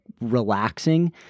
relaxing